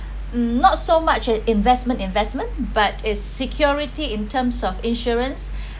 not so much an investment investment but is security in terms of insurance